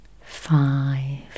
five